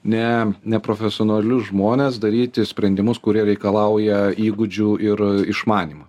ne neprofesionalius žmones daryti sprendimus kurie reikalauja įgūdžių ir išmanymo